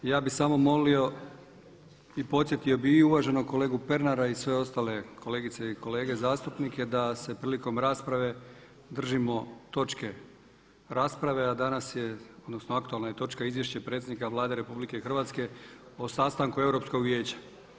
Ja bi samo molio i podsjetio bi i uvaženog kolegu Pernara i sve ostale kolegice i kolege zastupnike da se prilikom rasprave držimo točke rasprave, a aktualna je točka izvješće predsjednika Vlade RH o sastanku Europskog vijeća.